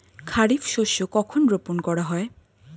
খারিফ শস্য কখন রোপন করা হয়?